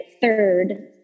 third